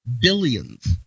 billions